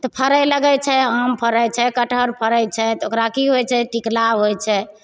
तऽ फड़ै लगैत छै आम फड़ैत छै कटहर फड़ैत छै तऽ ओकरा की होइत छै टिकोला होइत छै